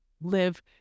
live